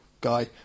guy